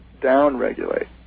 down-regulate